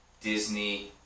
Disney